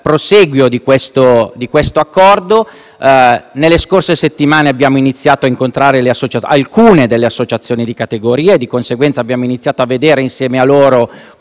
prosieguo di questo accordo. Nelle scorse settimane abbiamo iniziato a incontrare alcune delle associazioni di categoria, quindi abbiamo cominciato a vedere insieme a loro